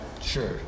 Sure